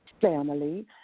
family